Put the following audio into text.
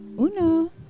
uno